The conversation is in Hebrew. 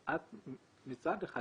מצד אחד,